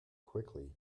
quickly